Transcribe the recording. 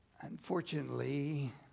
unfortunately